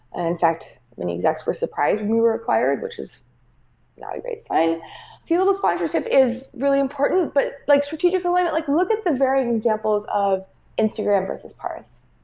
and in fact many execs were surprised when we were acquired, which is not a great sign c-level sponsorship is really important, but like strategic alignment like look at the varying examples of instagram versus parse.